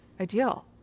Ideal